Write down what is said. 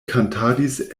kantadis